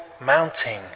mounting